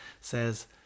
says